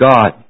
God